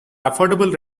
affordable